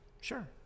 Sure